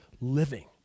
living